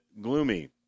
gloomy